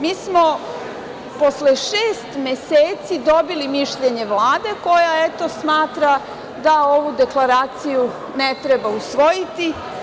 Mi smo posle šest meseci dobili mišljenje Vlade koja smatra da ovu deklaraciju ne treba usvojiti.